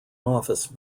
office